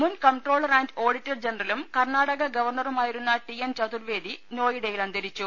മുൻ comptroller and auditor ജനറലും കർണാടക ഗവർണറുമായിരുന്ന ടി എൻ ചതുർവേദി നോയിഡയിൽ അന്ത രിച്ചു